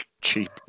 cheap